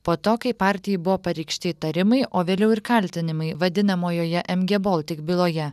po to kai partijai buvo pareikšti įtarimai o vėliau ir kaltinimai vadinamojoje mg baltic byloje